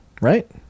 right